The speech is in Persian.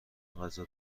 غذا